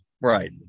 right